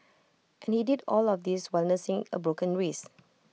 and he did all of this while nursing A broken wrist